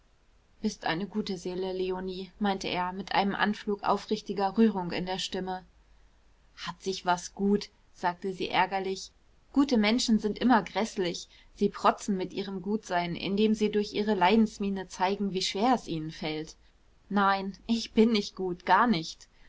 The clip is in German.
bist eine gute seele leonie meinte er mit einem anflug aufrichtiger rührung in der stimme hat sich was gut sagte sie ärgerlich gute menschen sind immer gräßlich sie protzen mit ihrem gutsein indem sie durch ihre leidensmiene zeigen wie schwer es ihnen fällt nein ich bin nicht gut gar nicht